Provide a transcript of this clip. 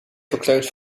verkleumd